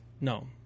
No